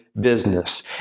business